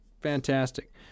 fantastic